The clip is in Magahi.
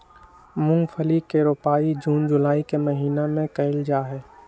मूंगफली के रोपाई जून जुलाई के महीना में कइल जाहई